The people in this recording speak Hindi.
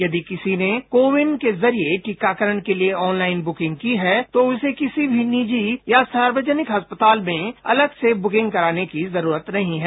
यदि किसी ने को विन के जरिए टीकाकरण के लिए ऑनलाइन ब्रुकिंग की है तो इसे किसी मी निजी या सार्वजनिक अस्पताल में अलग से ब्रुकिंग कराने की जरूरत नहीं है